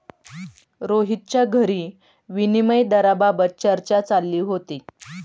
रोहितच्या घरी विनिमय दराबाबत चर्चा चालली होती